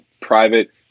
private